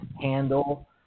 handle